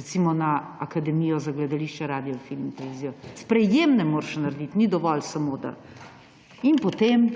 recimo, na Akademijo za gledališče, radio, film in televizijo. Sprejemne moraš narediti, ni dovolj, da samo … In potem